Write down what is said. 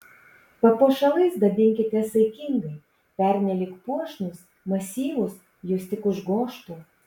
papuošalais dabinkitės saikingai pernelyg puošnūs masyvūs jus tik užgožtų